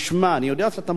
אני יודע שאתה מודע לזה,